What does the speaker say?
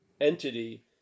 entity